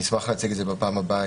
אשמח להציג את המודל בפעם הבאה,